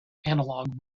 analog